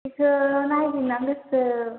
बेखौ नागरिनांगौसो